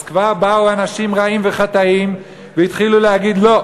אז כבר באו אנשים רעים וחטאים והתחילו להגיד: לא.